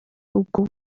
ubwo